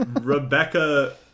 rebecca